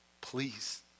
please